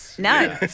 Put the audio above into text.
No